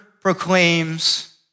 proclaims